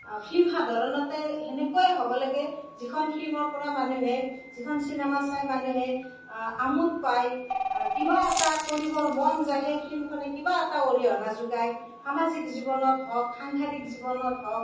film সাধাৰণতে সেনেকুৱাই হ'ব লাগে যিখন ফিল্মৰ পৰা মানুহে যিখন চিনেমা চাই মানুহে আমোদ পায় কিবা এটা কৰিবৰ মন যায় সেই ফিল্মখনে কিবা এটা অৰিহণা যোগায় সামাজিক জীৱনত হওক সাংসাৰিক জীৱনত হওক